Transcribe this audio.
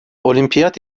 olimpiyat